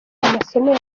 amasomo